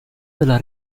della